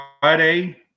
Friday